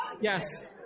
Yes